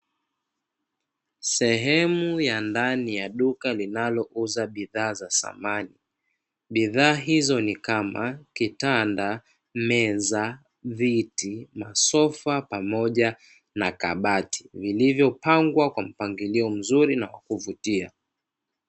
Sehemu ya ndani ya duka linalouza bidhaa za samani bidhaa hizo ni kama kitanda, meza, viti, masofa pamoja na kabati vilivyopangwa kwa mpangilio mzuri na wa kuvutia.